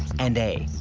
and a,